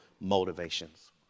motivations